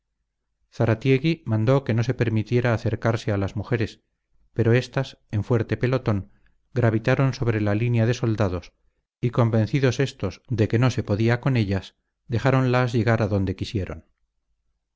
zaratiegui mandó que no se permitiera acercarse a las mujeres pero éstas en fuerte pelotón gravitaron sobre la línea de soldados y convencidos éstos de que no se podía con ellas dejáronlas llegar adonde quisieron